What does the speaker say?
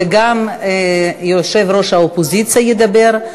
וגם יושב-ראש האופוזיציה ידבר,